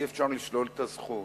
אי-אפשר לשלול את הזכות.